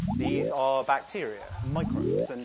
these are bacteria, microbes, and